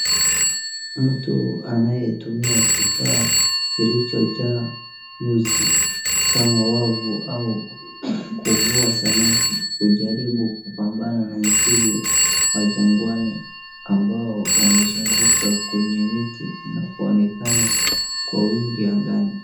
Mtu anayetumia kifaa kilichojaa nyuzi kama wavu au kuvua samaki kujaribu kupambana na nzige wa jangwani ambao wanazunguka kwenye miti na kuonekana kwa wingi angani.